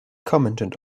commented